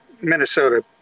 Minnesota